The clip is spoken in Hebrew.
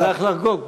הוא הלך לחגוג.